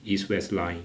east west line